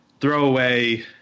throwaway